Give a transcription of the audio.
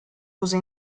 uso